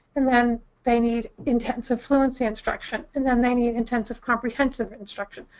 and then they need intensive fluency instruction. and then they need intensive comprehension instruction.